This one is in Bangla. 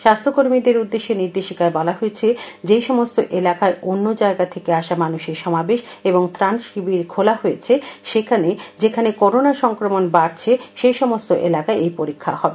স্বাস্থ্য কর্মীদের উদ্দেশ্যে নির্দেশিকায় বলা হয়েছে যে সমস্ত এলাকায় অন্য জায়গা থেকে আসা মানুষের সমাবেশ এবং ত্রাণ শিবির খোলা হয়েছে যেখানে করোনা সংক্রমণ বাড়ছে সে সমস্ত এলাকায় এই পরীক্ষা করা হবে